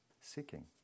seeking